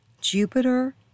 Jupiter